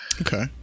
Okay